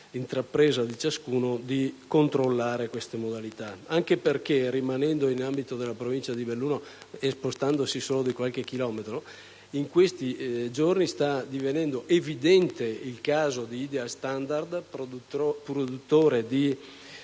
intrapresa di ciascuno, di controllare queste modalità. Anche perché, rimanendo nell'ambito della provincia di Belluno, spostandosi solo di qualche chilometro, in questi giorni sta divenendo evidente il caso di Ideal Standard, produttore di